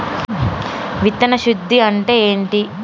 విత్తన శుద్ధి అంటే ఏంటి?